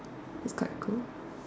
it's quite cool